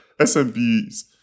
SMBs